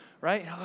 right